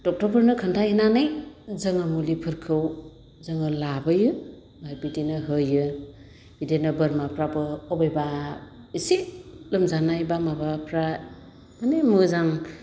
ड'क्टरफोरनो खोन्थाहैनानै जोङो मुलिफोरखौ जोङो लाबोयो आरो बिदिनो हैयो बिदिनो बोरमाफ्राबो अबेबा इसे लोमजानाय एबा माबाफ्रा माने मोजां